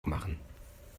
machen